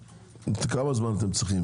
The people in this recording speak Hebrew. כמה זמן אתם צריכים?